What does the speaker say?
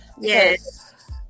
yes